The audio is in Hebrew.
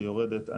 שהיא יורדת,